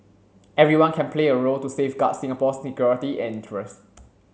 everyone can play a role to safeguard Singapore's security and interest